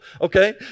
Okay